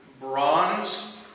bronze